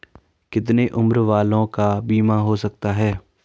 कितने उम्र वालों का बीमा हो सकता है?